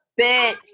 bitch